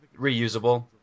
reusable